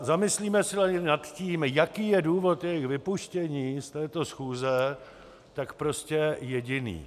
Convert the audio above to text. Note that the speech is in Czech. Zamyslímeli se nad tím, jaký je důvod jejich vypuštění z této schůze, tak prostě jediný.